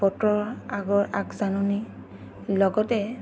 বতৰৰ আগৰ আগজাননি লগতে